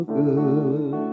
good